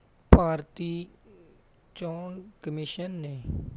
ਭਾਰਤੀ ਚੋਣ ਕਮਿਸ਼ਨ ਨੇ